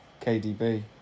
KDB